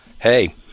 hey